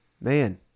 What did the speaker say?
man